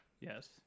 Yes